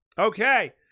Okay